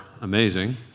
amazing